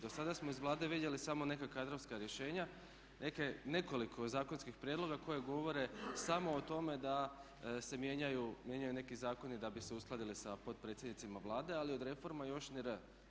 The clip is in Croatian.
Do sada smo iz Vlade vidjeli samo neka kadrovska rješenja, nekoliko zakonskih prijedloga koja govore samo o tome da se mijenjaju neki zakoni da bi se uskladili sa potpredsjednicima Vlade, ali od reforma još ni "r"